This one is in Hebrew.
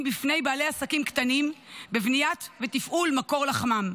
בפני בעלי עסקים קטנים בבנייה ותפעול של מקור לחמם,